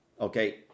okay